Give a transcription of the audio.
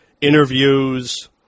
interviews